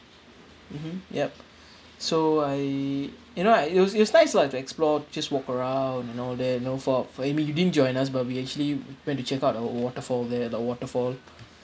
mmhmm yup so I you know what it was it was nice lah to explore just walk around and all that you know for for I mean you didn't join us but we actually went to check out a waterfall there the waterfall